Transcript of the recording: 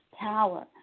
power